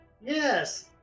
Yes